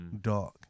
dog